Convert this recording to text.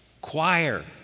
choir